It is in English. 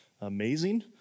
amazing